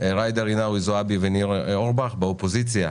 ג'ידא רינאוי זועבי, ניר אורבך, ומהאופוזיציה: